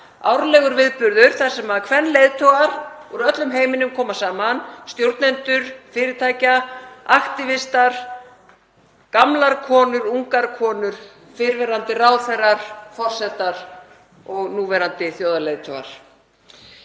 árlegum viðburði þar sem leiðtogar úr öllum heiminum koma saman; stjórnendur fyrirtækja, aktívistar, gamlar konur, ungar konur, fyrrverandi ráðherrar, forsetar og núverandi þjóðarleiðtogar.